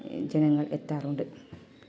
ജനങ്ങൾ എത്താറുണ്ട്